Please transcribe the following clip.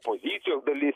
pozicijos dalis